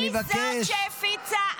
אני מבקש.